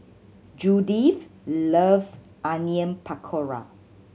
Judith loves Onion Pakora